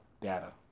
data